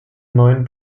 neuen